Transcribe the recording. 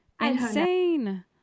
insane